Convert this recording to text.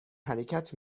حرکت